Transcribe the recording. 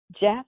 Jeff